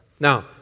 Now